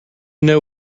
know